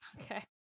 okay